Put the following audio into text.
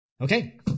Okay